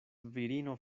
virino